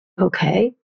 Okay